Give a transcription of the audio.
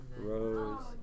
Rose